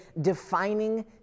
defining